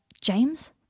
James